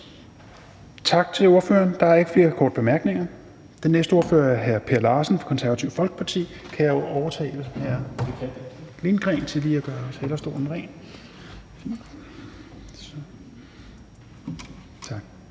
Tak til ordføreren. Der er ikke flere korte bemærkninger. Den næste ordfører er hr. Per Larsen fra Det Konservative Folkeparti. Kan jeg overtale hr. Stinus Lindgreen til lige at gøre talerstolen klar? Tak.